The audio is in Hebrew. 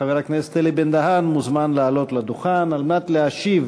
חבר הכנסת אלי בן-דהן מוזמן לעלות לדוכן כדי להשיב